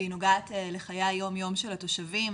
והיא נוגעת לחיי היום יום של התושבים.